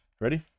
Ready